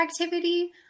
activity